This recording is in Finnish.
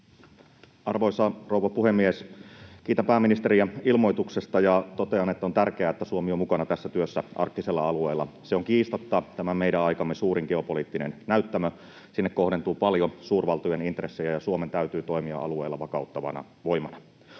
Arvoisa rouva puhemies! Kiitän pääministeriä ilmoituksesta ja totean, että on tärkeää, että Suomi on mukana tässä työssä arktisella alueella. Se on kiistatta tämän meidän aikamme suurin geopoliittinen näyttämö. Sinne kohdentuu paljon suurvaltojen intressejä, ja Suomen täytyy toimia alueilla vakauttavana voimana.